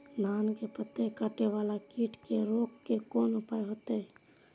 धान के पत्ता कटे वाला कीट के रोक के कोन उपाय होते?